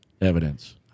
evidence